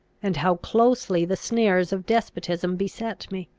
and how closely the snares of despotism beset me.